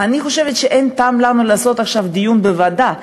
אני חושבת שאין לנו טעם לקיים דיון בוועדה,